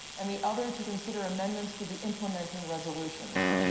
and the other to consider amendments to the implementing resolutions.